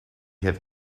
had